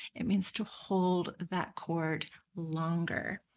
it means to hold that chord longer.